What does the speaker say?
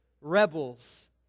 rebels